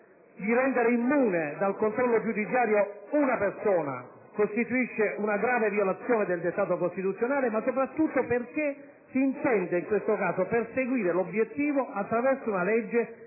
di rendere immune dal controllo giudiziario una persona costituisce una grave violazione del dettato costituzionale, ma soprattutto perché in questo caso si intende perseguire tale obiettivo attraverso una legge